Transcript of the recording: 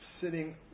sitting